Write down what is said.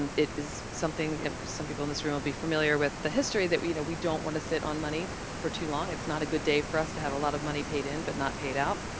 and it is something some people in this room will be familiar with this history, that, you know, we don't want to sit on money for too long. it's not a good day for us to have a lot of money paid in, but not paid out.